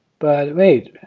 but wait.